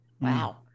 wow